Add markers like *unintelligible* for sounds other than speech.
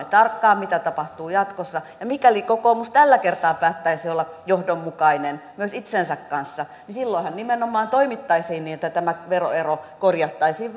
*unintelligible* tarkkaan mitä tapahtuu jatkossa ja mikäli kokoomus tällä kertaa päättäisi olla johdonmukainen myös itsensä kanssa niin silloinhan nimenomaan toimittaisiin niin että tämä veroero korjattaisiin *unintelligible*